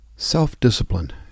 Self-discipline